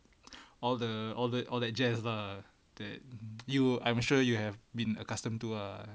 all the all the all that jazz the that you I'm sure you have been accustomed to ah